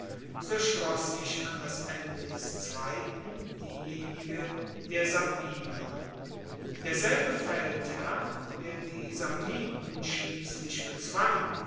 so schloss sich an das ende des zweiten diejenige der sabiner derselbe feldherr der die samniten schliesslich bezwang